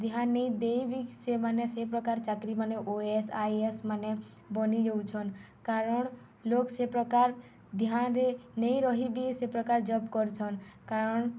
ଧ୍ୟାନ ନେଇ ଦେଇ ବିି ସେମାନେ ସେ ପ୍ରକାର ଚାକିରିମାନେ O A S I A S ମାନେ ବନିଯାଉଛନ୍ କାରଣ ଲୋକ ସେ ପ୍ରକାର ଧ୍ୟାନରେ ନେଇ ରହିବି ସେ ପ୍ରକାର ଜବ୍ କରଛନ୍ କାରଣ